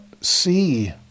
see